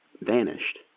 vanished